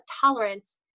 tolerance